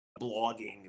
blogging